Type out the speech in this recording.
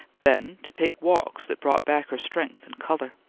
then to take walks that brought back her strength and colour.